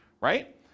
right